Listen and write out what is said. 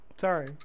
Sorry